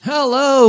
Hello